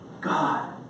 God